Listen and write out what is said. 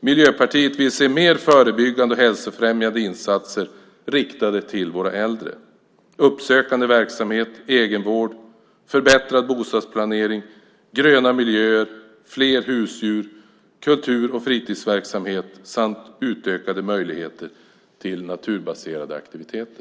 Miljöpartiet vill se mer förebyggande och hälsofrämjande insatser riktade till våra äldre, uppsökande verksamhet, egenvård, förbättrad bostadsplanering, gröna miljöer, fler husdjur, kultur och fritidsverksamhet samt utökade möjligheter till naturbaserade aktiviteter.